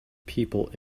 people